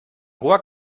hoher